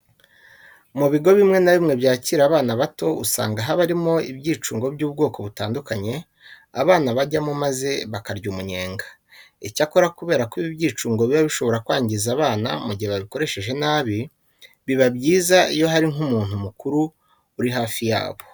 Mu bigo bimwe na bimwe byakira abana bato usanga haba harimo ibyicungo by'ubwoko butandukanye abana bajyamo maze bakarya umunyenga. Icyakora kubera ko ibi byicungo biba bishobora kwangiza abana mu gihe babikoresheje nabi, biba byiza iyo hari nk'umuntu mukuru uri hafi yabo.